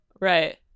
Right